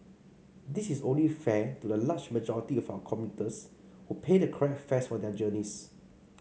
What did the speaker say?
this is only fair to the large majority of our commuters who pay the correct fares for their journeys